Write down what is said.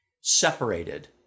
separated